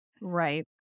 Right